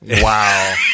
Wow